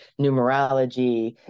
Numerology